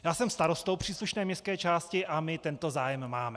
Já jsem starostou příslušné městské části a my tento zájem máme.